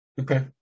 okay